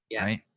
Right